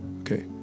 Okay